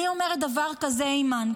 אימאן,